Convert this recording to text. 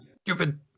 stupid